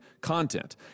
content